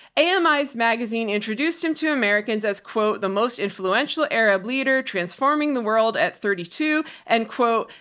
ami's magazine introduced him to americans as quote, the most influential arab leader transforming the world at thirty two and quote,